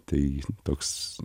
tai toks